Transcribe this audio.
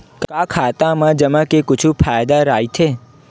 का खाता मा जमा के कुछु फ़ायदा राइथे?